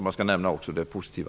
Man bör nämna även det positiva.